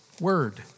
word